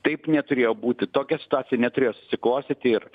taip neturėjo būti tokia situacija neturėjo susiklostyti ir